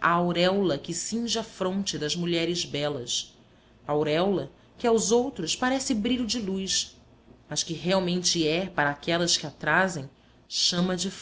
a auréola que cinge a fronte das mulheres belas auréola que aos outros parece brilho de luz mas que realmente é para aquelas que a trazem chama de